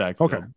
Okay